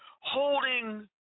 Holding